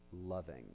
loving